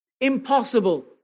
impossible